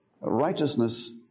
righteousness